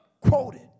quoted